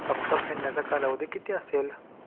हप्ता फेडण्याचा कालावधी किती असेल?